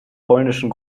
polnischen